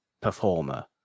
performer